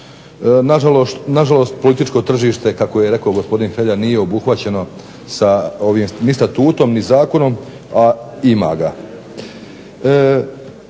Na žalost političko tržište, kako je rekao gospodin Hrelja, nije obuhvaćeno sa ovim ni statutom, ni zakonom, a ima ga.